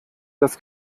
das